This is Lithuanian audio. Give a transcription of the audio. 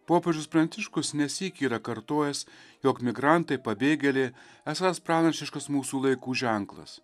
popiežius pranciškus nesyk yra kartojęs jog migrantai pabėgėliai esąs pranašiškas mūsų laikų ženklas